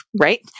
right